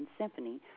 symphony